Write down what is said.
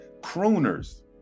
crooners